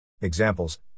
Examples